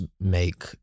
make